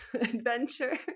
adventure